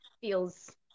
feels